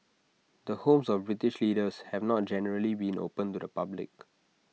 the homes of British leaders have not generally been open to the public